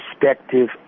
perspective